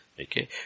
Okay